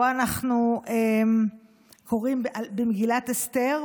ובו אנחנו קוראים במגילת אסתר,